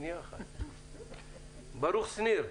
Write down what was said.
ברוך שניר,